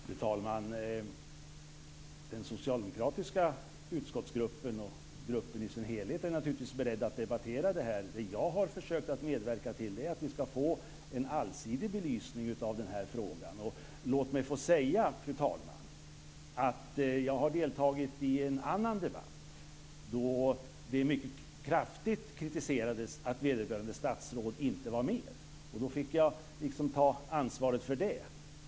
Fru talman! Den socialdemokratiska utskottsgruppen och gruppen i sin helhet är naturligtvis beredd att debattera det här. Det jag har försökt medverka till är att vi skall ha en allsidig belysning av frågan. Låt mig få säga, fru talman, att jag har deltagit i en annan debatt där det mycket kraftigt kritiserades att vederbörande statsråd inte var med. Då fick jag ta ansvaret för det.